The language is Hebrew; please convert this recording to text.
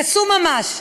קסום ממש.